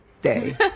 day